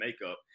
makeup